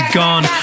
gone